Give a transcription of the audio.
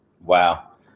Wow